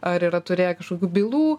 ar yra turėję kažkokių bylų